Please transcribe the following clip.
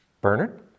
Bernard